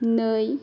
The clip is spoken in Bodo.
नै